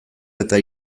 eta